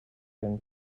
been